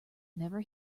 never